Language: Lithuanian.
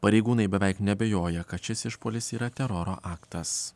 pareigūnai beveik neabejoja kad šis išpuolis yra teroro aktas